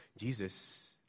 Jesus